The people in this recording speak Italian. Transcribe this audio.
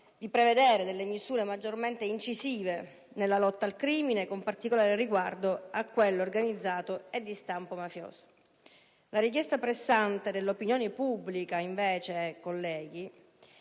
di prevedere delle misure maggiormente incisive nella lotta al crimine, con particolare riguardo a quello organizzato e di stampo mafioso. La richiesta pressante dell'opinione pubblica è ormai